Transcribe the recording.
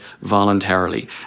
voluntarily